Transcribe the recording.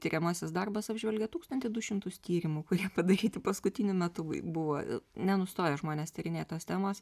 tiriamasis darbas apžvelgia tūkstantį du šimtus tyrimų kurie padaryti paskutiniu metu buvo nenustoja žmonės tyrinėt tos temos